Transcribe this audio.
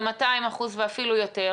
במאתיים אחוז ואפילו יותר,